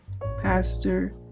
Pastor